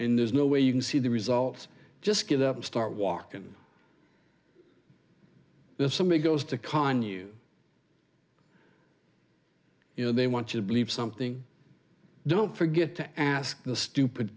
and there's no way you can see the results just get up and start walking if somebody goes to con you you know they want you to believe something don't forget to ask the stupid